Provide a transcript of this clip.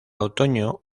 otoño